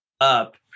up